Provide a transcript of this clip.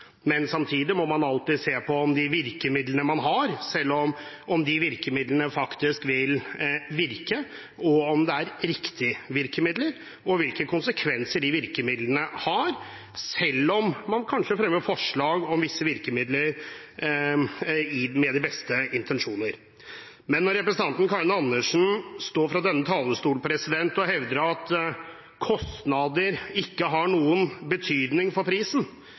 Men samtidig må man alltid se på om de virkemidlene man har, faktisk vil virke, om det er riktige virkemidler, og hvilke konsekvenser de virkemidlene har – selv om man kanskje med de beste intensjoner fremmer forslag om visse virkemidler. Når representanten Karin Andersen står på denne talerstol og hevder at kostnader ikke har noen betydning for prisen,